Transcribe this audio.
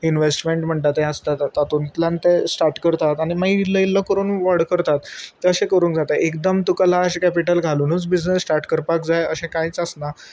investment म्हणटा तें आसतात तातूंतल्यान ते स्टार्ट करतात आनी मागीर इल्लो इल्लो करून व्हड करतात ते अशें करूं जाता एकदम तुका लार्ज कॅपिटल घालुनूच बिजनस स्टार्ट करपाक जाय अशें कांयच आसना